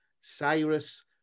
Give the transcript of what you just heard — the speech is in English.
Cyrus